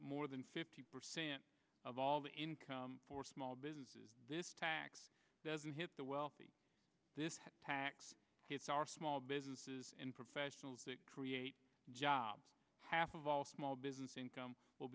more than fifty percent of all the income for small businesses this tax doesn't hit the wealthy this tax hits our small businesses in professional create jobs half of all small business income will